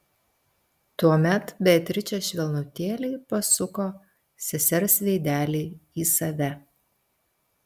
tuomet beatričė švelnutėliai pasuko sesers veidelį į save